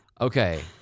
Okay